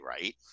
right